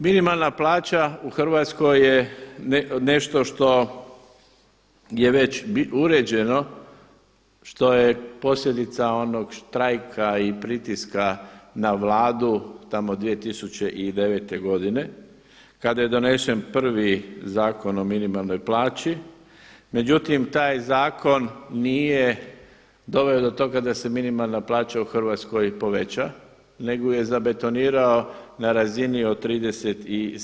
Minimalna plaća u Hrvatsko je nešto što je već uređeno, što je posljedica onog štrajka i pritiska na Vladu tamo 2009. godine kada je donesen prvi Zakon o minimalnoj plaći, međutim taj zakon nije doveo do toga da se minimalna plaća u Hrvatskoj poveća nego ju je zabetonirao na razini od 37%